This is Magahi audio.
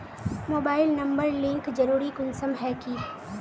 मोबाईल नंबर लिंक जरुरी कुंसम है की?